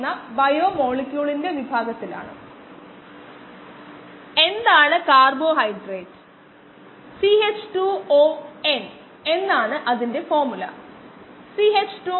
നമുക്ക് v ഉം s ഉം ഉണ്ട് അതിനാൽ നമുക്ക് അതിന്റെ വിപരീത മൂല്യങ്ങൾ ആവശ്യമാണ്